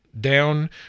down